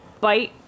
bite